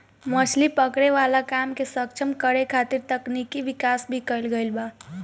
मछली पकड़े वाला काम के सक्षम करे खातिर तकनिकी विकाश भी कईल गईल बा